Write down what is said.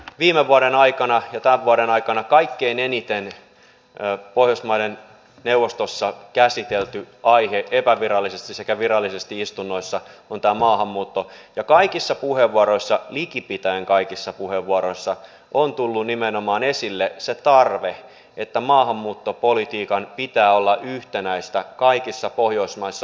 viime vuoden aikana ja tämän vuoden aikana kaikkein eniten pohjoismaiden neuvostossa käsitelty aihe epävirallisesti sekä virallisesti istunnoissa on tämä maahanmuutto ja kaikissa puheenvuoroissa likipitäen kaikissa puheenvuoroissa on tullut esille nimenomaan se tarve että maahanmuuttopolitiikan pitää olla yhtenäistä kaikissa pohjoismaissa